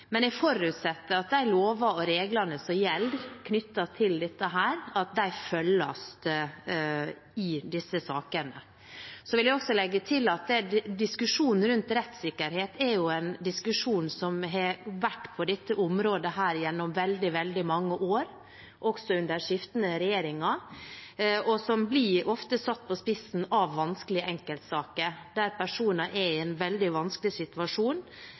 Men jeg forutsetter at de lover og regler som gjelder, knyttet til dette, følges i disse sakene. Jeg vil også legge til at diskusjonen rundt rettssikkerhet er en diskusjon som har vært på dette området gjennom veldig mange år, også under skiftende regjeringer, og som ofte blir satt på spissen av vanskelige enkeltsaker, der personer er i en veldig vanskelig situasjon